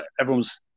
Everyone's